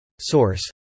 Source